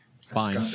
Fine